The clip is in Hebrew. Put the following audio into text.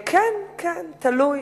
כן, כן, תלוי.